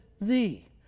thee